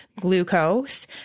glucose